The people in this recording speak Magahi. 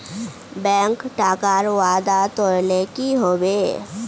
बैंक टाकार वादा तोरले कि हबे